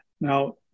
Now